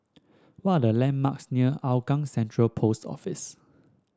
what are the landmarks near Hougang Central Post Office